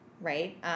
Right